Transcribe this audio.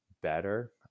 better